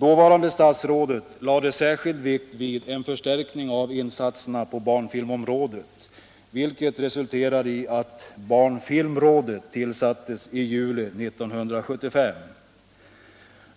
Dåvarande statsrådet lade särskild vikt vid en förstärkning av insatserna på barnfilmområdet, vilket resulterade i att barnfilmrådet tillsattes i juli 1975.